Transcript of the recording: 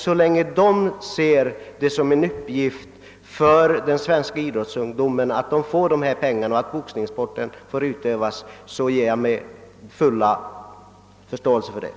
Så länge som de ser det som sin uppgift att låta den svenska idrottsungdomen utöva boxningssporten ger jag min fulla förståelse för att denna också skall få del av dessa pengär.